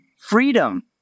freedom